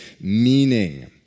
meaning